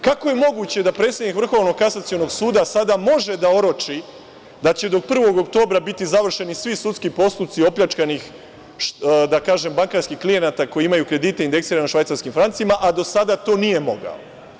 Kako je moguće da predsednik Vrhovnog kasacionog suda sad može da oroči da će do 1. oktobra biti završeni svi sudski postupci opljačkanih bankarskih klijenata, koji imaju kredite indeksirane u švajcarskim francima, a do sada to nije mogao?